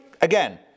again